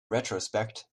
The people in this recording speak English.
retrospect